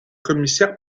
commissaire